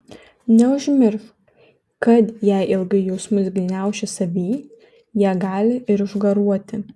neužmiršk kad jei ilgai jausmus gniauši savy jie gali ir išgaruoti